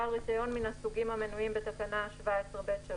בעל רישיון מן הסוגים המנויים בתקנה 17(ב3)